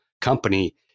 company